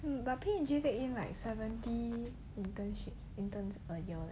but pay usually take in like seventy internships interns a year